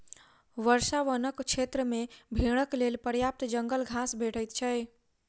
वर्षा वनक क्षेत्र मे भेड़क लेल पर्याप्त जंगल घास भेटैत छै